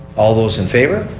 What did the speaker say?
all those in favor.